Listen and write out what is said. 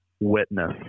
witness